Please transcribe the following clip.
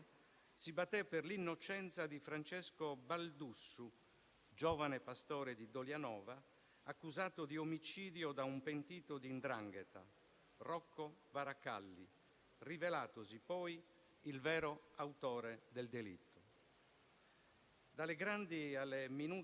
dichiaro il pieno interesse dell'organo da me presieduto a un'acquisizione del fondo del defunto: si tratta di un compendio archivistico importante che, sono certo, lumeggia su una parte importante delle vicende politiche degli ultimi decenni.